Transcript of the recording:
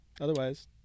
Otherwise